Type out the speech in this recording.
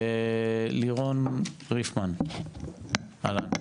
לירון ריפמן, אהלן.